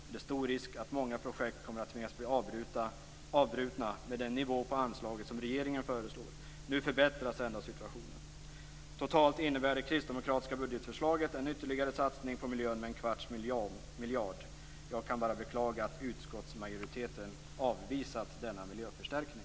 Det är stor risk att många projekt kommer att tvingas bli avbrutna med den nivå på anslaget som regeringen föreslår. Nu förbättras ändå situationen. Totalt innebär det kristdemokratiska budgetförslaget en ytterligare satsning på miljön med en kvarts miljard. Jag kan bara beklaga att utskottsmajoriteten avvisat denna miljöförstärkning.